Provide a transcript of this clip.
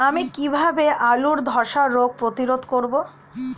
আমি কিভাবে আলুর ধ্বসা রোগ প্রতিরোধ করব?